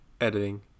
Editing